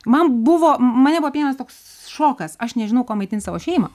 man buvo mane buvo apėmęs toks šokas aš nežinau kuo maitint savo šeimą